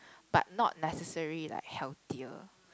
but not necessary like healthy